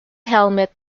helmet